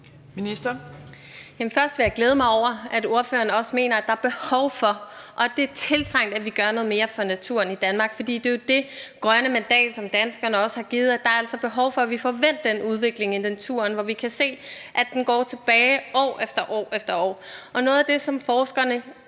Wermelin): Først vil jeg glæde mig over, at ordføreren også mener, at der er behov for og at det er tiltrængt, at vi gør noget mere for naturen i Danmark, for det er jo dét grønne mandat, som danskerne også har givet, at der altså er behov for, at vi får vendt den udvikling i naturen, hvor vi kan se, at det går tilbage år efter år efter år. Og noget af det, som forskerne